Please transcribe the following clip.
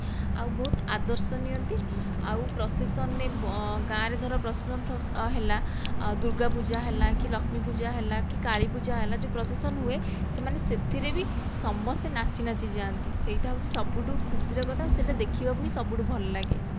ଆଉ ବହୁତ ଆଦର୍ଶ ନିଅନ୍ତି ଆଉ ପ୍ରସେସନରେ ଗାଁ ରେ ଧର ପ୍ରସେସନ ହେଲା ଦୁର୍ଗା ପୂଜା ହେଲା କି ଲକ୍ଷ୍ମୀ ପୂଜା ହେଲା କି କାଳୀ ପୂଜା ହେଲା ଯେଉଁ ପ୍ରସେସନ ହୁଏ ସେମାନେ ସେଥିରେବି ସମସ୍ତେ ନାଚି ନାଚି ଯାଆନ୍ତି ସେଇଟା ହେଉଚି ସବୁଠୁ ଖୁସିର କଥା ସେଇଟା ଦେଖିବାକୁ ବି ସବୁଠୁ ଭଲ ଲାଗେ